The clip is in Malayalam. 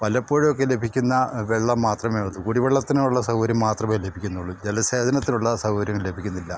വല്ലപ്പോഴുമൊക്കെ ലഭിക്കുന്ന വെള്ളം മാത്രമേത് കുടിവെള്ളത്തിനുള്ള സൗകര്യം മാത്രമേ ലഭിക്കുന്നുള്ളൂ ജലസേചനത്തിനുള്ള സൗകര്യം ലഭിക്കുന്നില്ല